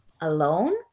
alone